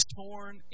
torn